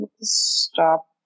stop